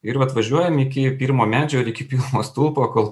ir vat važiuojam iki pirmo medžio ar iki pirmo stulpo kol